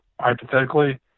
Hypothetically